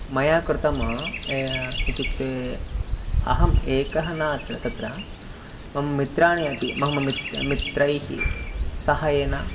मया कृतं ये इत्युक्ते अहम् एकः न अत्र तत्र मम मित्राणि अपि मम मि मित्रैः सहायेन